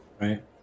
right